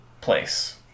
place